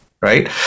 Right